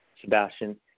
Sebastian